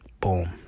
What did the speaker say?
Boom